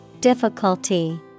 Difficulty